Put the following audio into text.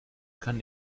kann